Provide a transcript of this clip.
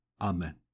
Amen